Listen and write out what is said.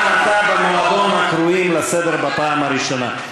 גם אתה במועדון הקרואים לסדר בפעם הראשונה.